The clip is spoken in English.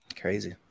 Crazy